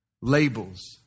Labels